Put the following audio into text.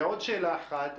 עוד שאלה אחת.